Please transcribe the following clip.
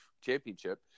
championship